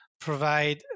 provide